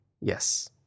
yes